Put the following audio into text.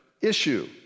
issue